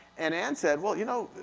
and ann said well you know,